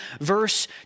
verse